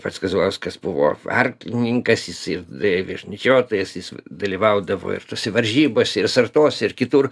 pats kazlauskas buvo arklininkas jisai ir vež vežnyčiotojas jis dalyvaudavo ir tose varžybose ir sartuose ir kitur